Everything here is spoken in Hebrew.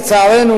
לצערנו,